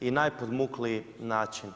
i najpodmukliji način.